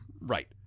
Right